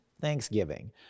Thanksgiving